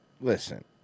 listen